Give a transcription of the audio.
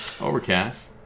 Overcast